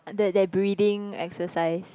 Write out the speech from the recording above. that that breathing exercise